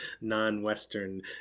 non-Western